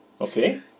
Okay